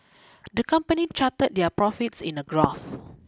the company charted their profits in a graph